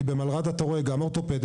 כי במלר"ד אתה רואה גם אורתופדיה,